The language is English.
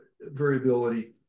variability